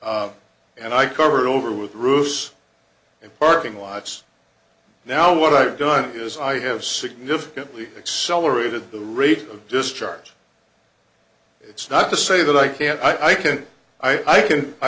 and i covered over with roofs and parking lots now what i've done is i have significantly accelerated the rate of discharge it's not to say that i can i can i can i